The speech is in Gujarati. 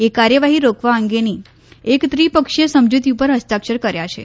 એ કાર્યવાહી રોકવા અંગેની એક ત્રિપક્ષીય સમજ઼તી ઉપર હસ્તાક્ષર કર્યા છે